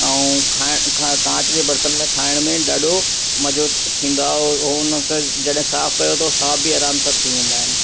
ऐं खाइण कांच जे बर्तन में खाइण में ॾाढो मज़ो थींदो आहे हो उन खे जॾहिं साफ़ु कयो त साफ़ु बि आराम सां थी वेंदा आहिनि